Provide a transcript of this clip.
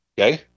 Okay